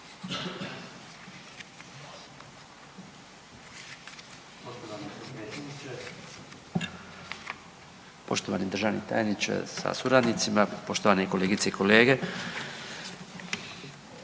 Poštovani državni tajniče sa suradnicima, poštovane kolegice i kolege.